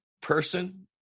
person